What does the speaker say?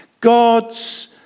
God's